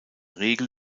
regel